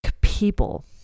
people